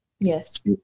Yes